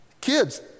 kids